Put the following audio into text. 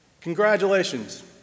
congratulations